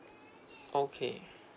okay